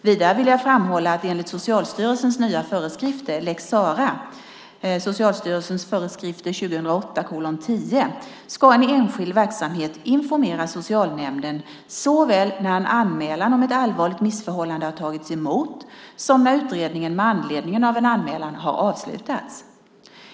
Vidare vill jag framhålla att enligt Socialstyrelsens nya föreskrifter för lex Sarah ) ska en enskild verksamhet informera socialnämnden såväl när en anmälan om ett allvarligt missförhållande tagits emot som när utredningen med anledning av en anmälan har avslutats.